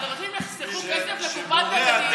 יחסכו כסף לקופת המדינה?